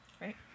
Right